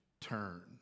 turn